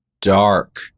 dark